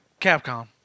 Capcom